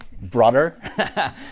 Brother